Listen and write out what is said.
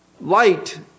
light